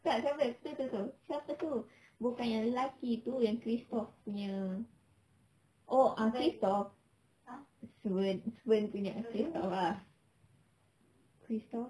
tak siapa tu tu tu siapa tu bukan yang lelaki tu yang kristoff punya oh ah kristoff sve~ sven punya kristoff ah kristoff